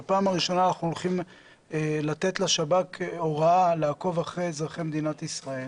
בפעם הראשונה אנחנו נותנים לשב"כ הוראה לעקוב אחרי אזרחי מדינת ישראל,